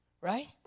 Right